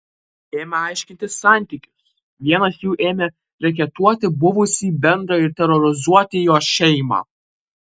ėmę aiškintis santykius vienas jų ėmė reketuoti buvusį bendrą ir terorizuoti jo šeimą